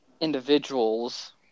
individuals